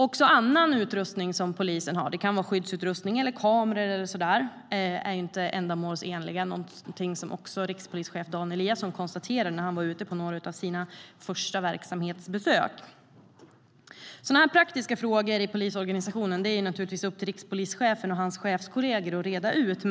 Också annan utrustning som polisen har - det kan vara skyddsutrustning, kameror eller sådant - är inte ändamålsenlig. Det är också någonting som rikspolischef Dan Eliasson konstaterade när han var ute på några av sina första verksamhetsbesök. Sådana praktiska frågor i polisorganisationen är upp till rikspolischefen och hans chefskolleger att reda ut.